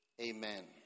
Amen